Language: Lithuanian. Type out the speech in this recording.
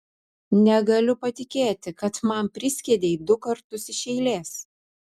negaliu patikėti kad man priskiedei du kartus iš eilės